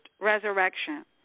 resurrection